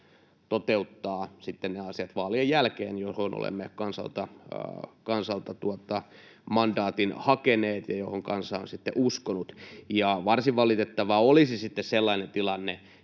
toteuttaa sitten vaalien jälkeen ne asiat, joihin olemme kansalta mandaatin hakeneet ja joihin kansa on sitten uskonut. Varsin valitettavaa olisi sitten sellainen tilanne,